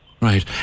Right